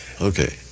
Okay